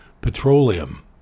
petroleum